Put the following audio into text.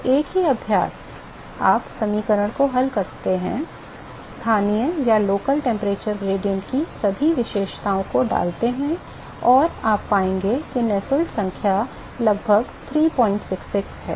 तो एक ही अभ्यास आप समीकरण को हल करते हैं स्थानीय तापमान ढाल की सभी विशेषताओं को डालते हैं और आप पाएंगे कि नुसेल्ट संख्या लगभग 366 है